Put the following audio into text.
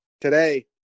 today